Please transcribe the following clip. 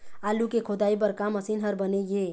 आलू के खोदाई बर का मशीन हर बने ये?